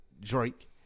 Drake